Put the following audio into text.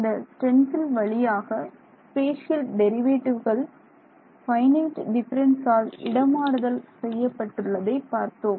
இந்த ஸ்டென்சில் வழியாக ஸ்பேஷியல் டெரிவேட்டிவ்கள் ஃபைனைட் டிஃபரன்ஸ் ஆல் இடமாறுதல் செய்யப்பட்டுள்ளதை பார்த்தோம்